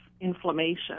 inflammation